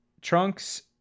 Trunks